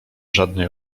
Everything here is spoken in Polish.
żadnej